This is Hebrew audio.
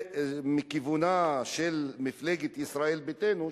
מכיוונה של מפלגת ישראל ביתנו,